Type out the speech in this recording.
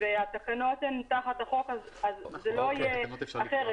והתקנות הן תחת החוק אז זה לא יהיה אחרת.